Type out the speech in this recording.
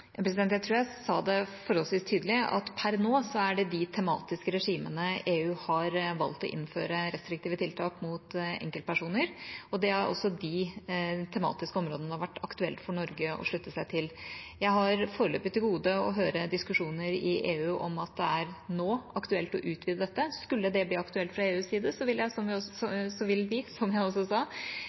Jeg tror jeg sa det forholdsvis tydelig, at per nå er det de tematiske regimene der EU har valgt å innføre restriktive tiltak mot enkeltpersoner, og det er også de tematiske områdene det har vært aktuelt for Norge å slutte seg til. Jeg har foreløpig til gode å høre diskusjoner i EU om at det nå er aktuelt å utvide dette. Skulle det bli aktuelt fra EUs side, vil vi, som